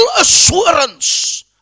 assurance